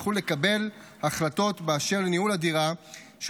יוכלו לקבל החלטות באשר לניהול הדירה המשותפת